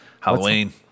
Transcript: Halloween